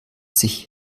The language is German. sich